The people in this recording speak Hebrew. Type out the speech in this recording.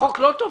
החוק לא טוב?